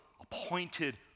appointed